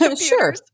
Sure